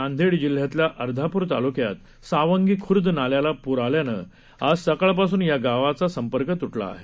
नांदेड जिल्ह्यातल्या अर्धाप्र तालूक्यात सावंगी खूर्द नाल्याला पूर आल्यानं आज सकाळपासून या गावाचा संपर्क त्टला आहे